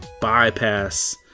bypass